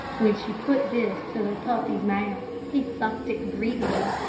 when she put this to the puppy's mouth, he sucked it greedily.